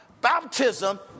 Baptism